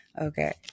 Okay